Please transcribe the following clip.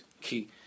key